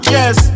Yes